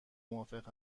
موافق